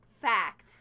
Fact